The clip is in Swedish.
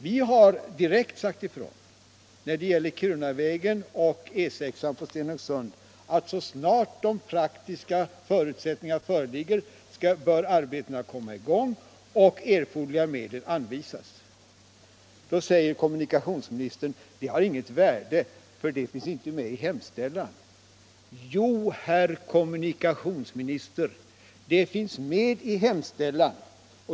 Vi har när det gäller Kirunavägen och E 6 i Stenungsund direkt sagt ifrån att så snart de praktiska förutsättningarna föreligger bör arbetena komma i gång och erforderliga medel anvisas. Då säger kommunikationsministern att det har inget värde, för det finns inte med i hemställan. Jo, herr kommunikationsminister, det finns med i hemställan.